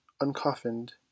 uncoffined